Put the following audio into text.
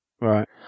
Right